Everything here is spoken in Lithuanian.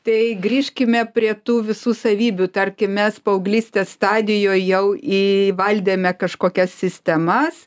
tai grįžkime prie tų visų savybių tarkim mes paauglystės stadijoje jau įvaldėme kažkokias sistemas